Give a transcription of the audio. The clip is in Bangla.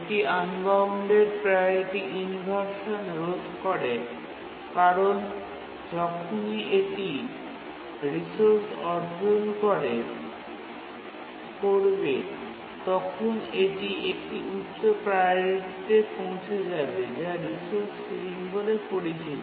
এটি আনবাউন্ডেড প্রাওরিটি ইনভারশান রোধ করে কারণ যখনই এটি রিসোর্স অর্জন করবে তখন এটি একটি উচ্চ প্রাওরিটিতে পৌঁছে যাবে যা রিসোর্স সিলিং বলে পরিচিত